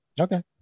Okay